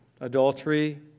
Adultery